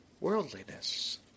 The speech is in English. worldliness